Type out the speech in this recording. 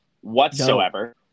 whatsoever